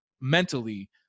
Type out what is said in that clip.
mentally